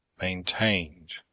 maintained